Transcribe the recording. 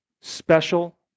special